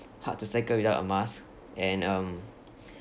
hard to cycle without a mask and um